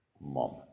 mom